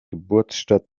geburtsstadt